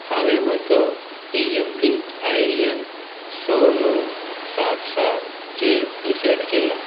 हांवें म्हजो ईयमपी आयएएयन स णव सात सातचेर रिसॅट केला